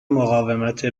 مقاومت